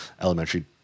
elementary